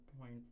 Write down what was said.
point